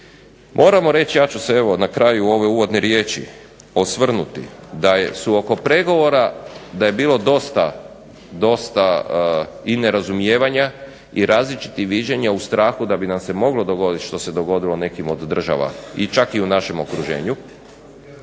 Moramo reći, ja ću se evo na kraju ove uvodne riječi osvrnuti da su oko pregovora da je bilo dosta i nerazumijevanja i različitih viđenja u strahu da bi nam se moglo dogoditi što se dogodilo nekim od država i čak i u našem okruženju